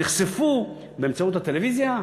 נחשפו באמצעות הטלוויזיה,